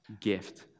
gift